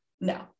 No